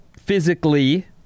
physically